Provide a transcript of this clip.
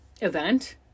event